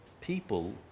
people